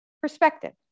perspective